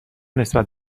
نسبت